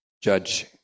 Judge